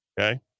okay